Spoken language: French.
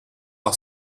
par